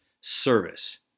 service